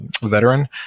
veteran